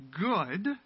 good